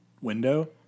window